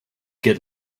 get